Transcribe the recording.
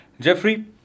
Jeffrey